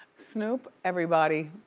snoop, everybody,